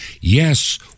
yes